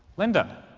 linda,